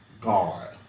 God